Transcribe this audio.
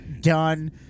done